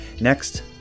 Next